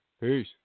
Peace